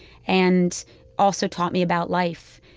and also taught me about life.